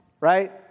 right